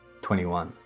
21